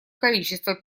количество